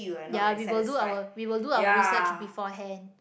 ya we will do our we will do our research beforehand